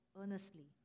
earnestly